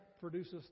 produces